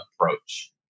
approach